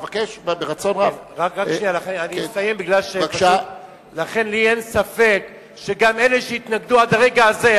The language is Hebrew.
לכן לי אין ספק שגם אלה שהתנגדו עד לרגע זה,